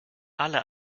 alle